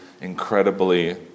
incredibly